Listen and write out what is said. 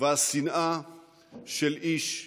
והשנאה של איש לאחיו.